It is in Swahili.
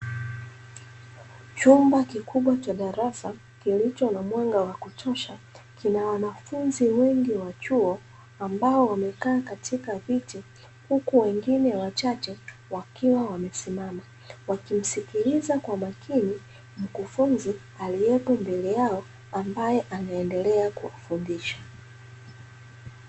Chumba kikubwa cha darasa kilicho na mwanga wa kutosha kina wanafunzi wengi wa chuo ambao wamekaa katika viti, huku wengine wachache wakiwa wamesimama, wakimsikiliza kwa makini mkufunzi aliyepo mbele yao ambaye anaendelea kuwafundisha.